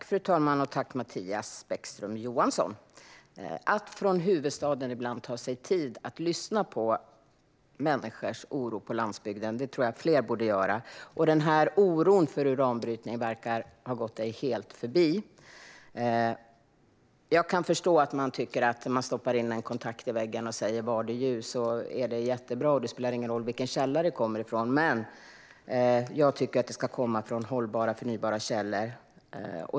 Fru talman! Jag tackar Mattias Bäckström Johansson för detta. Jag tror att fler från huvudstaden ibland borde ta sig tid att lyssna på människors oro på landsbygden. Denna oro för uranbrytning verkar ha gått dig helt förbi. Jag kan förstå att man tycker att det är jättebra att man kan stoppa in en kontakt i väggen och säga: Varde ljus. Sedan spelar det ingen roll vilken källa det kommer från. Men jag tycker att det ska komma från hållbara och förnybara källor.